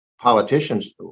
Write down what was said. politicians